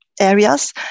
areas